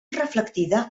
reflectida